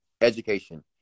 Education